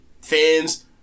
fans